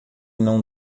não